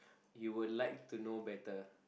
you would like to know better